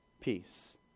Peace